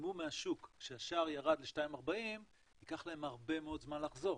שנעלמו מהשוק כשהשער ירד ל-2.40 ייקח להם הרבה מאוד זמן לחזור,